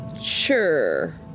Sure